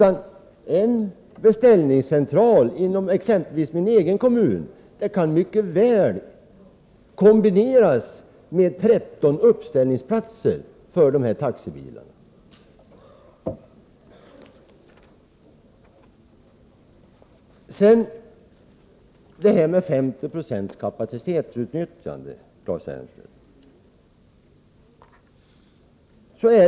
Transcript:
En beställningscentral inom exempelvis min egen kommun kan mycket väl kombineras med 13 uppställningsplatser för taxibilarna. Så till frågan om det 50-procentiga kapacitetsutnyttjandet!